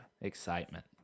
excitement